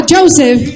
Joseph